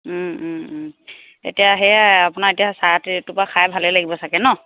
এতিয়া সেয়াই আপোনাৰ এতিয়া চাহ তে টোপা খাই ভালেই লাগিব চাগে নহ্